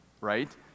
right